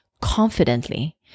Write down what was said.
confidently